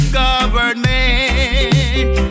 government